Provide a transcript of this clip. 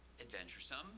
adventuresome